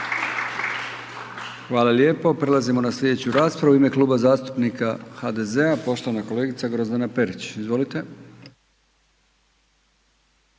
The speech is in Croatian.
Hvala lijepo. Prelazimo na sljedeću raspravu. U ime Kluba zastupnika HDZ-a, poštovana kolegica Grozdana Perić, izvolite.